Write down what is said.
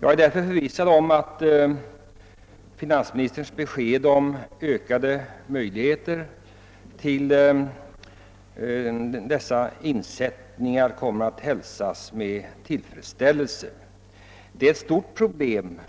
Jag är därför förvissad om att finansministerns besked om ökade möjligheter til sådana insättningar kommer att hälsa: med tillfredsställelse. Det är ett stort problem